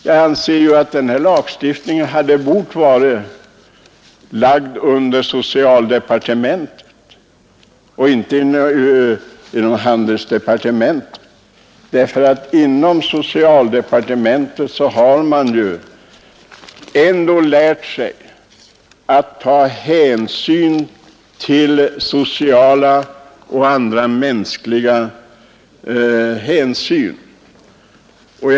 Jag anser att denna lagstiftning hade bort vara lagd under socialdepartementet och inte under handelsdepartementet, ty inom socialdepartementet har man ändå lärt sig att ta hänsyn till sociala och andra mänskliga faktorer.